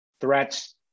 threats